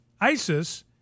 ISIS